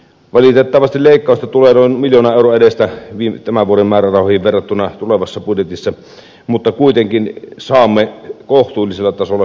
valitettavasti leikkausta tulee noin miljoonan euron edestä tämän vuoden määrärahoihin verrattuna tulevassa budjetissa mutta kuitenkin saamme ne säilymään kohtuullisella tasolla